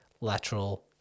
lateral